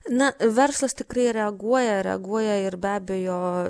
na verslas tikrai reaguoja reaguoja ir be abejo